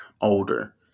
older